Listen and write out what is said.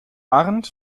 arndt